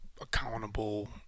accountable